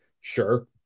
Sure